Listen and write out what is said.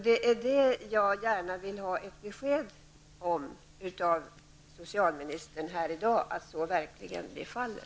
Jag skulle gärna vilja ha ett besked av socialministern här i dag om att så verkligen blir fallet.